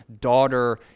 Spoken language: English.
daughter